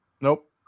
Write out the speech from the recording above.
Nope